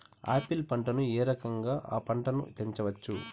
Apple పంటను ఏ రకంగా అ పంట ను పెంచవచ్చు?